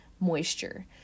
moisture